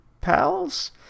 Pals